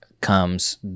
comes